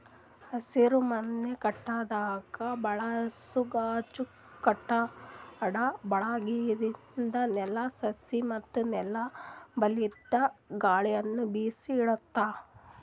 ಹಸಿರುಮನೆ ಕಟ್ಟಡದಾಗ್ ಬಳಸೋ ಗಾಜ್ ಕಟ್ಟಡ ಒಳಗಿಂದ್ ನೆಲ, ಸಸಿ ಮತ್ತ್ ನೆಲ್ದ ಬಲ್ಲಿಂದ್ ಗಾಳಿನು ಬಿಸಿ ಇಡ್ತದ್